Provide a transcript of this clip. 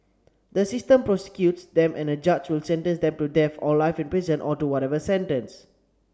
the system prosecutes them and a judge will sentence them to death or life in prison or to whatever sentence